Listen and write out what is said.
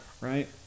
right